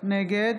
נגד